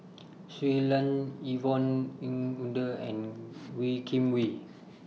Shui Lan Yvonne Ng Uhde and Wee Kim Wee